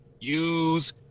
use